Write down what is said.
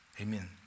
Amen